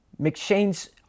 McShane's